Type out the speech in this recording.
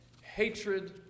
hatred